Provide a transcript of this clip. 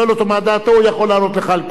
והוא יכול לענות לך על כל מה שהוא רוצה.